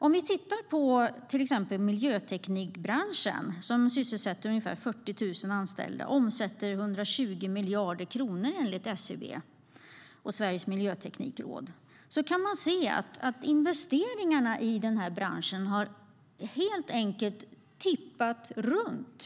Om vi tittar på till exempel miljöteknikbranschen, som sysselsätter ungefär 40 000 anställda och omsätter ungefär 120 miljarder kronor enligt SCB och Sveriges miljöteknikråd, kan vi se att investeringarna i branschen helt enkelt har tippat runt.